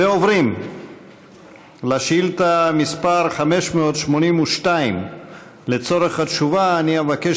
ועוברים לשאילתה מס' 582. לצורך התשובה אני אבקש